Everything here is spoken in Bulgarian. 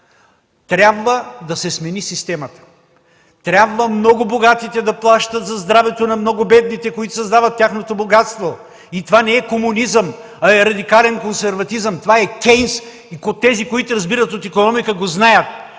Трябва да се смени системата. Трябва много богатите да плащат за здравето на много бедните, които създават тяхното богатство. И това не е комунизъм, а е радикален консерватизъм. Това е Кейнс. И тези, които разбират от икономика, го знаят.